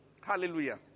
Hallelujah